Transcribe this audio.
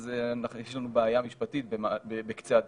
אז יש לנו בעיה משפטית בקצה הדרך.